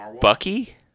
Bucky